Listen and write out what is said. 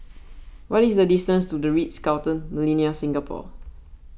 what is the distance to the Ritz Carlton Millenia Singapore